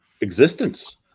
existence